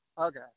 Okay